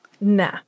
Nah